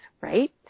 right